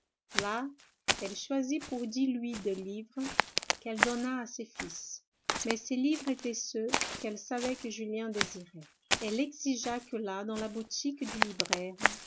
là elle choisit pour dix louis de livres qu'elle donna à ses fils mais ces livres étaient ceux qu'elle savait que julien désirait elle exigea que là dans la boutique du libraire